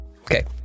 Okay